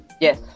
Yes